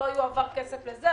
לא יועבר כסף לזה,